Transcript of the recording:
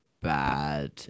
bad